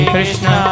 Krishna